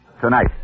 tonight